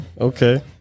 Okay